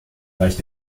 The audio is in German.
reicht